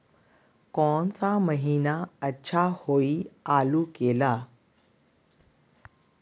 कौन सा महीना अच्छा होइ आलू के ला?